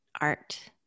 art